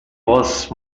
vos